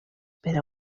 per